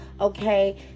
okay